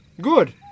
Good